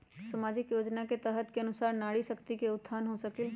सामाजिक योजना के तहत के अनुशार नारी शकति का उत्थान हो सकील?